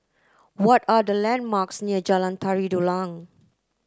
what are the landmarks near Jalan Tari Dulang